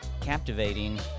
captivating